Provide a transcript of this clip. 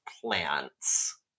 plants